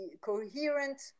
coherent